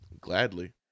Gladly